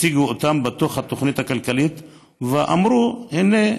הציגו אותם בתוך התוכנית הכלכלית ואמרו: הינה,